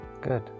good